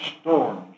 storms